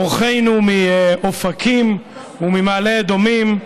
אורחינו מאופקים וממעלה אדומים,